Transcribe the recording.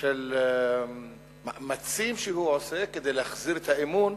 של מאמצים שהוא עושה כדי להחזיר את האמון,